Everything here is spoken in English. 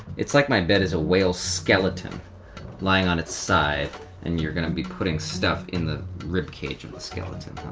it's like my bed is a whale skeleton lying on its side and you're going to be putting stuff in the ribcage of the skeleton.